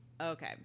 Okay